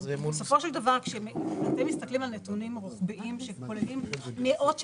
בסופו של דבר כשאתם מסתכלים על נתונים רוחביים שכוללים מאות קמפיינים,